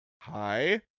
Hi